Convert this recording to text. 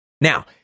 Now